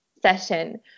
session